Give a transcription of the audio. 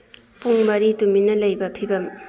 ꯄꯨꯡ ꯃꯔꯤ ꯇꯨꯃꯤꯟꯅ ꯂꯩꯕ ꯐꯤꯕꯝ